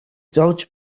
зовж